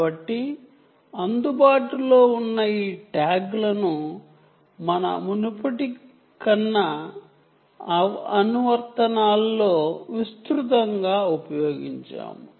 కాబట్టి అందుబాటులో ఉన్న ఈ ట్యాగ్లను మన మునుపటి కొన్ని అప్లికేషన్స్ లో విస్తృతంగా ఉపయోగించాము